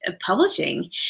publishing